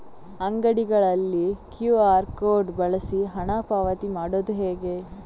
ಅಂಗಡಿಗಳಲ್ಲಿ QR code ಬಳಸಿ ಹಣ ಪಾವತಿ ಮಾಡೋದು ಹೇಗೆ?